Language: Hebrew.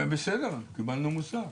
קיבלנו מושג.